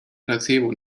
placebo